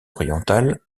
orientale